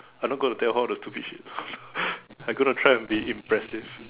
I'm not gonna tell how the stupid shit I'm gonna try and be impressive